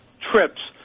trips